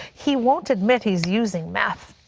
he won't admit he's using meth.